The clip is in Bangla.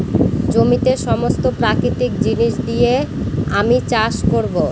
জমিতে সমস্ত প্রাকৃতিক জিনিস দিয়ে আমি চাষ করবো